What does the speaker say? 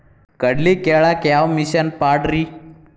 ಕಡ್ಲಿ ಕೇಳಾಕ ಯಾವ ಮಿಷನ್ ಪಾಡ್ರಿ?